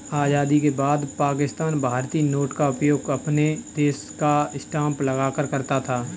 आजादी के बाद पाकिस्तान भारतीय नोट का उपयोग अपने देश का स्टांप लगाकर करता था